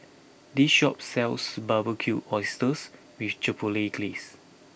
this shop sells Barbecued Oysters with Chipotle Glaze